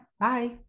Bye